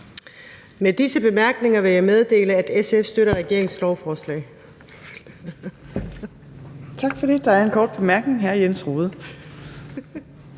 Med disse bemærkninger vil jeg meddele, at SF støtter regeringens lovforslag.